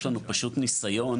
יש לנו פשוט ניסיון